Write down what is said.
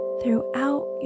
throughout